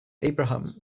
abraham